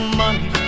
money